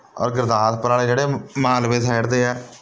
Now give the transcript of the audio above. ਔਰ ਗੁਰਦਾਸਪੁਰ ਵਾਲੇ ਜਿਹੜੇ ਮ ਮਾਲਵੇ ਸੈਡ ਦੇ ਹੈ